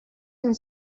and